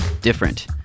different